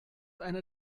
eine